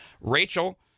Rachel